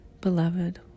Beloved